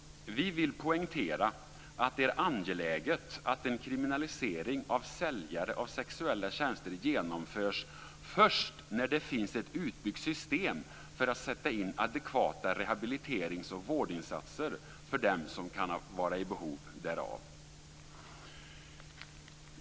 Vi vill poängtera att det är angeläget att en kriminalisering av säljare av sexuella tjänster genomförs först när det finns ett utbyggt system för att sätta in adekvata rehabiliterings och vårdinsatser för dem som kan vara i behov därav.